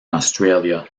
australia